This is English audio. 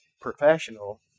professional